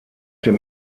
dem